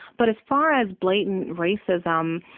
but as far as blatant racism,